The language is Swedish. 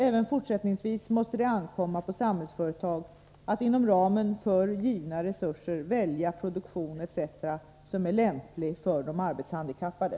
Även fortsättningsvis måste det ankomma på Samhällsföretag att inom ramen för givna resurser välja produktion etc. som är lämplig för de arbetshandikappade.